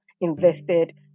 invested